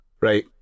Right